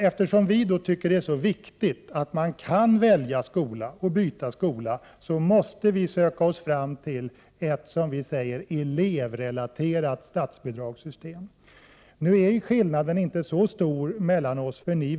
Eftersom folkpartiet tycker att det är så viktigt att eleven kan välja skola och byta skola, måste vi söka oss fram till ett elevrelaterat statsbidragssystem. Nu är skillnaden inte så stor mellan centern och folkpartiet.